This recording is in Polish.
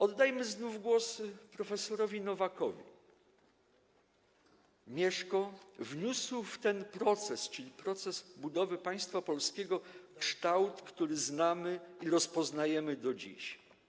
Oddajmy znów głos prof. Nowakowi: Mieszko wniósł w ten proces, czyli proces budowy państwa polskiego, kształt, który znamy i rozpoznajemy do dziś.